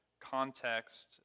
context